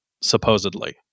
supposedly